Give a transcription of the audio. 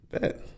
Bet